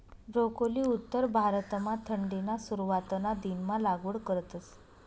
broccoli उत्तर भारतमा थंडीना सुरवातना दिनमा लागवड करतस